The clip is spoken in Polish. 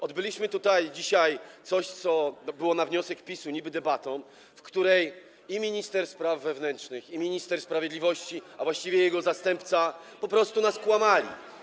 Odbyliśmy tutaj dzisiaj coś, co było na wniosek PiS-u niby-debatą, w której i minister spraw wewnętrznych, i minister sprawiedliwości, a właściwie jego zastępca, po prostu nam kłamali.